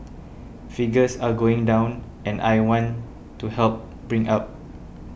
figures are going down and I want to help bring up